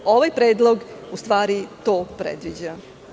Ovaj predlog, u stvari, to predviđa.